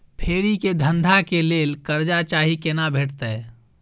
फेरी के धंधा के लेल कर्जा चाही केना भेटतै?